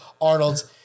Arnold's